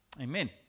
Amen